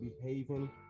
behaving